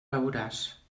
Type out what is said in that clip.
veuràs